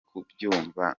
kubyumva